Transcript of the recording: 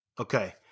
Okay